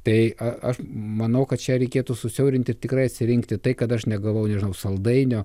tai aš manau kad čia reikėtų susiaurinti ir tikrai atsirinkti tai kad aš negavau nežinau saldainio